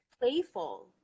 playful